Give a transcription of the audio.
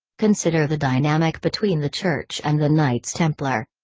consider the dynamic between the church and the knights templar.